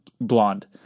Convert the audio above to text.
blonde